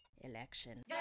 Election